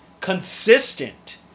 consistent